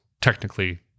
technically